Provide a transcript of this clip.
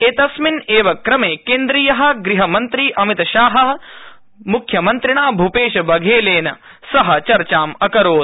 एतस्मिन् एव क्रमे केन्द्रीयः गृहमन्त्री अमित शाहःमुख्यमन्त्रिणा भूपेशबघेलेनचर्चाम् अकरोत्